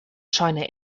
scheune